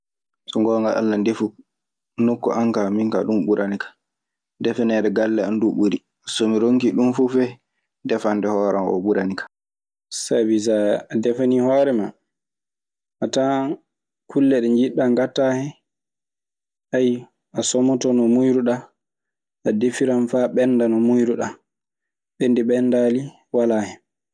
So ngoonga Alla ndefu nokku an kaa min kaa ɗun ɓurani kan. Defaneede galle an duu ɓuri, so mi ronki ɗun fuu fey, defande hoore an oo ɓurani kan. Sabi so a defanii hoore maa. A tawan kulle ɗe njiɗɗaa ngaɗtaa hen. a somoto no muuyiruɗaa. A defiran faa ɓennda no muuyiruɗaa. Ɓenndii Ɓenndaali walaa hen.